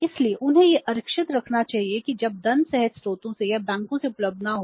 इसलिए उन्हें यह आरक्षित रखना चाहिए कि जब धन सहज स्रोतों से या बैंकों से उपलब्ध न हो